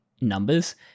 numbers